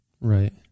Right